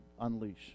unleash